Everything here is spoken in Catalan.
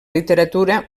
literatura